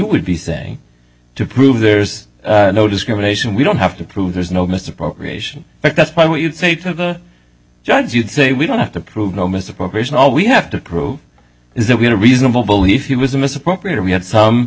would be saying to prove there's no discrimination we don't have to prove there's no misappropriation but that's what you'd say to the judges you'd say we don't have to prove know misappropriation all we have to prove is that we had a reasonable belief he was a misappropriated we had some